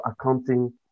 accounting